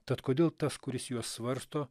tad kodėl tas kuris juos svarsto